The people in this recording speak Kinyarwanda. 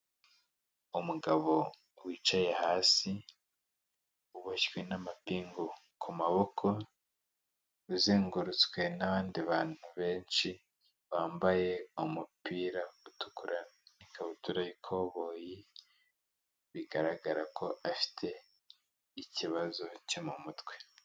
Umugabo wicaye hasi uboshywe n'amapingu ku maboko uzengurutswe n'abandi bantu benshi wambaye umupira utukura n'ikabutura y'ikoboyi, bigaragara ko afite ikibazo cyo mu mutwe.